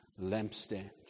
lampstand